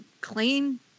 clean